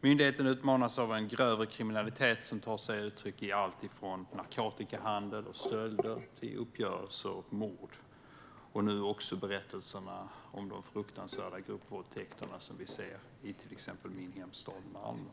Myndigheten utmanas av en grövre kriminalitet som tar sig uttryck i alltifrån narkotikahandel och stölder till uppgörelser och mord och nu också de fruktansvärda gruppvåldtäkter som sker i till exempel min hemstad Malmö.